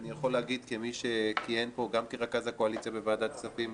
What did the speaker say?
אני יכול להגיד כמי שכיהן פה גם כרכז הקואליציה בוועדת כספים,